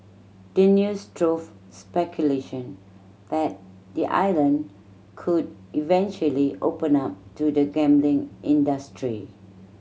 the news drove speculation that the island could eventually open up to the gambling industry